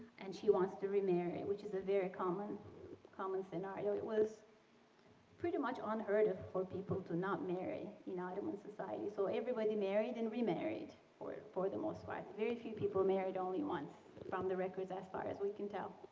and she wants to remarry which is a very common common scenario. it was pretty much on her to for people to not marry, you know, ottoman society. so everybody married and remarried for the most part. very few people married only once from the records as far as we can tell.